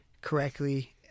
correctly